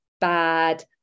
bad